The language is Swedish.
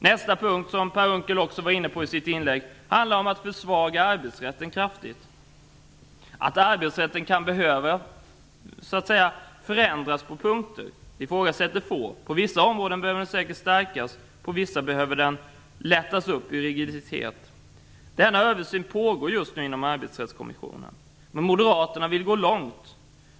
Nästa punkt, som Per Unckel var inne på i sitt inlägg, handlar om att försvaga arbetsrätten kraftigt. Att arbetsrätten kan behöva förändras på några punkter ifrågasätter få. På vissa områden behöver den säkert stärkas, och på vissa behöver den lättas upp i rigiditet. Denna översyn pågår just nu inom Arbetsrättskommissionen. Moderaterna vill gå långt.